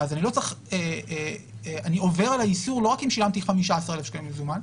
אז אני עובר על האיסור לא רק אם שילמתי 15,000 שקלים במזומן,